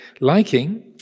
liking